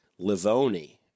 Livoni